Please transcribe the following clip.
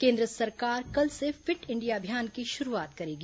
केन्द्र सरकार कल से फिट इंडिया अभियान की शुरूआत करेगी